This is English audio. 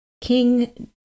King